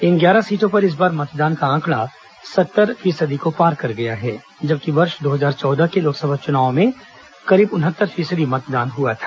इन ग्यारह सीटों पर इस बार मतदान का आंकड़ा सत्तर फीसदी को पार कर गया है जबकि वर्ष दो हजार चौदह के लोकसभा चुनाव में हुए करीब उनहत्तर फीसदी मतदान हुआ था